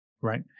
right